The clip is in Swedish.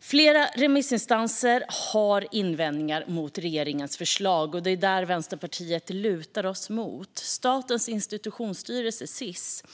Flera remissinstanser har invändningar mot regeringens förslag, och det är detta Vänsterpartiet lutar sig mot. Statens institutionsstyrelse, Sis,